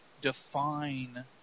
define